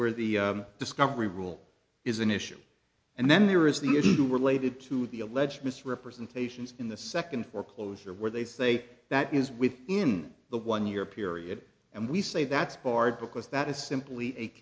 where the discovery rule is an issue and then there is the issue related to the alleged misrepresentations in the second foreclosure where they say that is within the one year period and we say that's barred because that is simply a